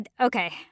okay